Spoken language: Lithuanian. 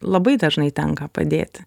labai dažnai tenka padėti